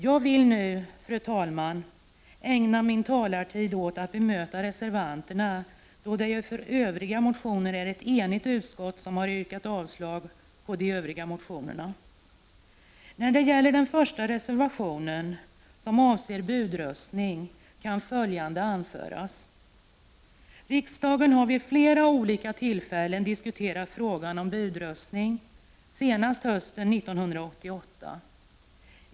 Jag vill nu, fru talman, ägna min taletid åt att bemöta reservanterna, då det ju är ett enigt utskott som har yrkat avslag på de övriga motionerna. När det gäller den första reservationen, som avser budröstning, kan följande anföras. Riksdagen har vid flera olika tillfällen diskuterat frågan om budröstning, senast hösten 1988.